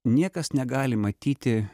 niekas negali matyti